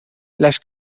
las